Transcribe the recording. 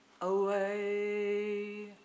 away